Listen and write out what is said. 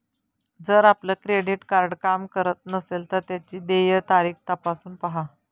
जर आपलं credit card काम करत नसेल तर त्याची देय तारीख तपासून पाहा